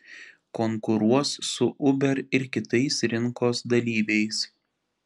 konkuruos su uber ir kitais rinkos dalyviais